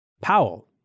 Powell